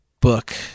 book